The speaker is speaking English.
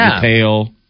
pale